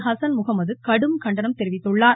Hassan Muhammad கடும் கண்டனம் தெரிவித்துள்ளார்